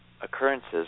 occurrences